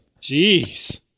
Jeez